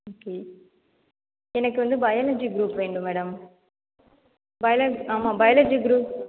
okay எனக்கு வந்து biology group வேண்டும் மேடம் பயாலஜி ஆமாம் பயாலஜி குரூப்